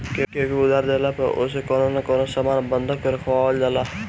केहू के उधार देहला पअ ओसे कवनो न कवनो सामान बंधक रखवावल जाला